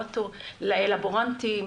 לבורנטים,